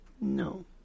No